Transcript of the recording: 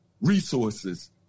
resources